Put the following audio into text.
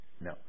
No